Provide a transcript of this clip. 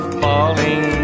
falling